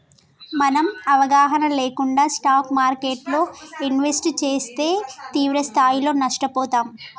మనం అవగాహన లేకుండా స్టాక్ మార్కెట్టులో ఇన్వెస్ట్ చేస్తే తీవ్రస్థాయిలో నష్టపోతాం